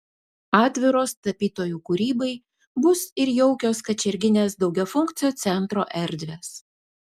atviros tapytojų kūrybai bus ir jaukios kačerginės daugiafunkcio centro erdvės